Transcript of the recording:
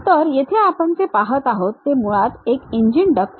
तर येथे आपण जे पाहत आहोत ते मुळात एक इंजिन डक्ट आहे